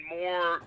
more